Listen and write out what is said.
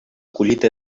collita